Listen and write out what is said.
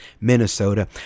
Minnesota